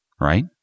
right